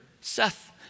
Seth